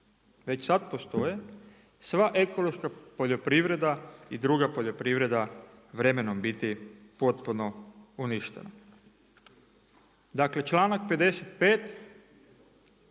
već sad postoje, sva ekološka poljoprivreda i druga poljoprivreda vremenom biti potpuno uništena. Dakle članak 55.